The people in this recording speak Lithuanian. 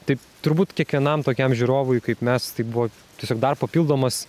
tai turbūt kiekvienam tokiam žiūrovui kaip mes tai buvo tiesiog dar papildomas